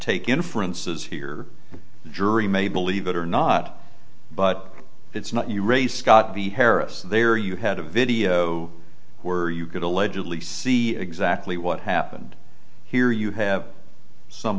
take inferences here the jury may believe it or not but it's not you ray scott the harris there you had a video were you could allegedly see exactly what happened here you have some